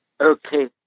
Okay